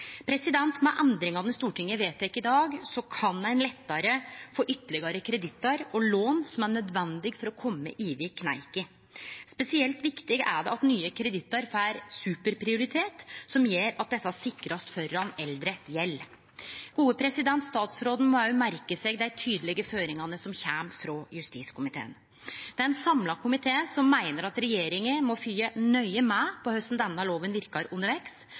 Med endringane Stortinget vedtek i dag, kan ein lettare få ytterlegare kredittar og lån som er nødvendige for å kome over kneika. Spesielt viktig er det at nye kredittar får superprioritet, som gjer at desse blir sikra framfor eldre gjeld. Statsråden må òg merke seg dei tydelege føringane som kjem frå justiskomiteen. Det er ein samla komité som meiner at regjeringa må fylgje nøye med på korleis denne loven verkar